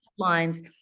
headlines